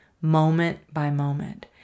moment-by-moment